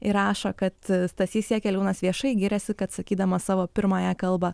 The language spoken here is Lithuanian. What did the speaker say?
ir rašo kad stasys jakeliūnas viešai giriasi kad sakydamas savo pirmąją kalbą